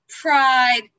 pride